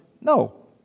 No